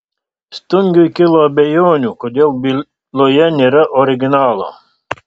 stungiui kilo abejonių kodėl byloje nėra originalo